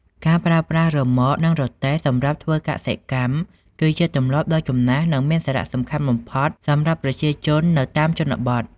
ការប្រើប្រាស់រ៉ឺម៉កនិងរទេះសម្រាប់ធ្វើកសិកម្មគឺជាទម្លាប់ដ៏ចំណាស់និងមានសារៈសំខាន់បំផុតសម្រាប់ប្រជាជននៅតាមជនបទ។